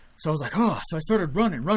so i was like ah, so i started running,